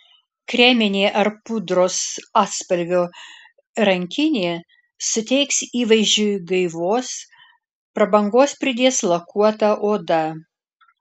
kreminė ar pudros atspalvio rankinė suteiks įvaizdžiui gaivos prabangos pridės lakuota oda